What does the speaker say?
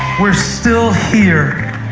we're still here.